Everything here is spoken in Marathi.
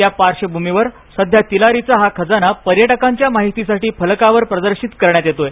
त्या पार्श्वभूमीवर सध्या तिलारीचा खजाना पर्यटकांच्या माहितीसाठी फलकावर प्रदर्शित करण्यात येत आहे